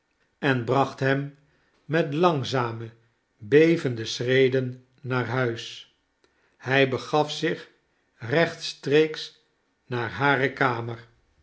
en bracht hem met langzame bevende schreden naar huis hij begaf zich rechtstreeks naar hare kamer